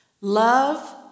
love